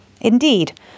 Indeed